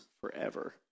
forever